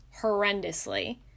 horrendously